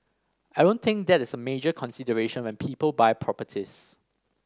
I don't think that is a major consideration when people buy properties